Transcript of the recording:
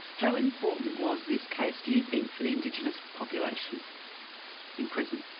how important was this case, do you think for the indigenous population in prison?